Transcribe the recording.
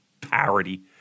Parody